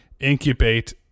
incubate